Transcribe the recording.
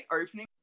opening